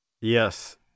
Yes